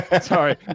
Sorry